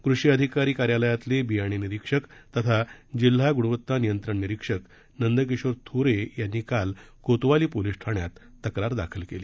कृषी अधिकारी कार्यालयातले बियाणे निरीक्षक तथा जिल्हा गुणवत्ता नियंत्रण निरीक्षक नंदकिशोर थोरे यांनी काल कोतवाली पोलिस ठाण्यात तक्रार दाखल केली